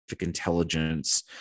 intelligence